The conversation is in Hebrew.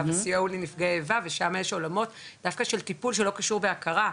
קו הסיוע הוא לנפגעי איבה ושם יש עולמות דווקא של טיפול שלא קשור בהכרה.